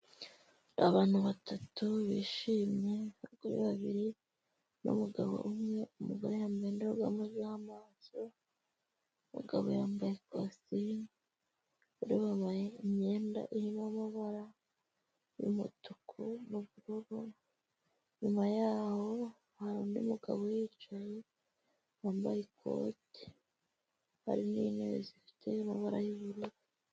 Abantu batatu bishimye, abagore babiri n'umugabo umwe. Umugore yambaye indorerwamo z'amaso, umugabo yambaye ikositimu. Bari bambaye imyenda irimo amabara y'umutuku n'ubururu. Inyuma yaho hari undi mugabo yicaye wambaye ikoti, hari n'intebe zifite amabara y'ubururu.